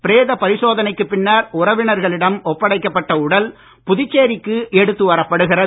பிரேத பரிசோதனைக்குப் பின்னர் உறவினர்களிடம் ஒப்படைக்கப்பட்ட உடல் புதுச்சேரிக்கு எடுத்து வரப்படுகிறது